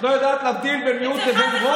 את לא יודעת להבדיל בין מיעוט לרוב?